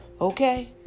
okay